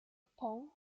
poem